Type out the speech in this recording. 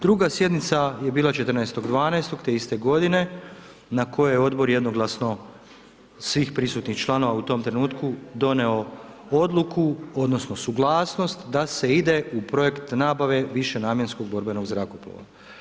Druga sjednica je bila 14.12. te iste godine na kojoj je Odbor jednoglasno svih prisutnih članova u tom trenutku doneo odluku odnosno suglasnost da se ide u projekt nabave višenamjenskog borbenog zrakoplova.